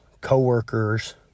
coworkers